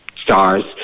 stars